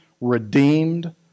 redeemed